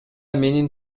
менин